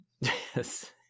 Yes